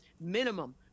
minimum